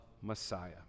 Messiah